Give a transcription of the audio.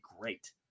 great